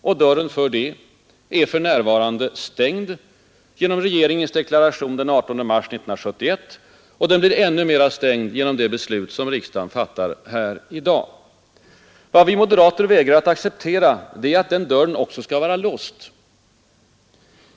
Och dörren härför är för närvarande stängd genom regeringens deklaration den 18 mars 1971, och den blir det ännu mera genom det beslut som riksdagen fattar här i dag. Vad vi moderater vägrar att acceptera, det är att dörren också skall vara låst.